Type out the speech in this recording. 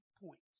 points